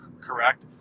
correct